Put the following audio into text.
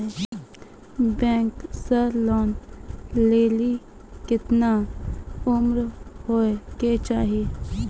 Bank से loan लेली केतना उम्र होय केचाही?